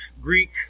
Greek